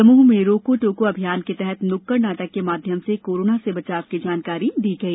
दमोह में रोको टोको अभियान के तहत नुक्कड नाटक के माध्यम से कोरोना से बचाव की जानकारी दी गई